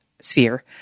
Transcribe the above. sphere